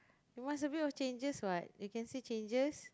you must a bit of changes what you can say changes